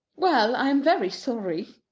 well, i am very sorry.